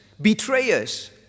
betrayers